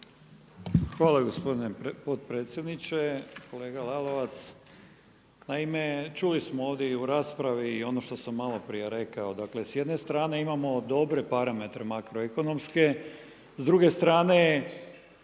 Hvala gospodine potpredsjedniče. Kolega Lalovac, naime čuli smo ovdje i u raspravi i ono što sam malo prije rekao. Dakle, s jedne strane imamo dobre parametre makroekonomske, s druge strane